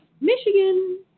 Michigan